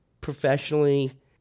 professionally